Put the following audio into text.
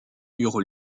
eurent